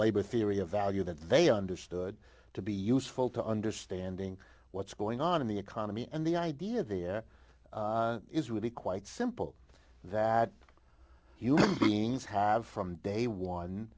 labor theory of value that they understood to be useful to understanding what's going on in the economy and the idea of the is really quite simple that human beings have from day one